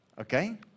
okay